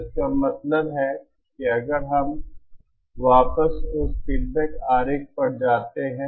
तो इसका मतलब है कि अगर हम वापस उस फीडबैक आरेख पर जाते हैं